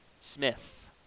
Smith